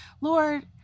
Lord